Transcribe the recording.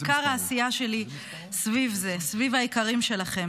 עיקר העשייה שלי סביב זה, סביב היקרים שלכם,